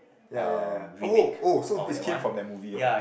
ya ya ya oh oh so is came from that movie ah